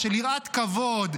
של יראת כבוד,